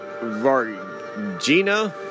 Vargina